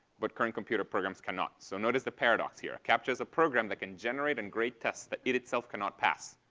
but current computer programs cannot. so notice the paradox here. a captcha's a program that can generate and grade tests that it itself cannot pass.